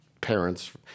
parents